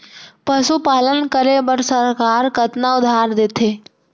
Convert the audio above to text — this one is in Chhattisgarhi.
पशुपालन करे बर सरकार कतना उधार देथे?